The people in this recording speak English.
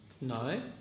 No